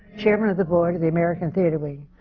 chairman of the board of the american theatre wing.